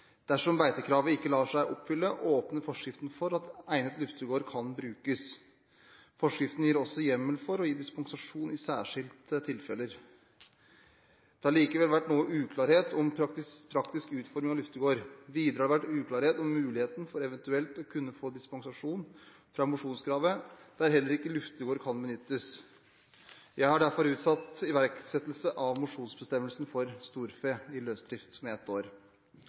Dersom beitekravet ikke lar seg oppfylle, åpner forskriften for at egnet luftegård kan brukes. Forskriften gir også hjemmel for å gi dispensasjon i særskilte tilfeller. Det har likevel vært noe uklarhet om praktisk utforming av luftegård. Videre har det vært uklarhet om muligheten for eventuelt å kunne få dispensasjon fra mosjonskravet der heller ikke luftegård kan benyttes. Jeg har derfor utsatt iverksettelse av mosjonsbestemmelsen for storfe i løsdrift med ett år.